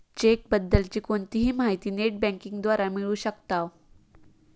check बद्दल ची कोणतीही माहिती नेट बँकिंग द्वारा मिळू शकताव